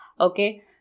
Okay